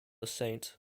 saint